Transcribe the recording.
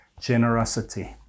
generosity